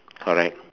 correct